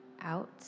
out